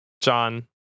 John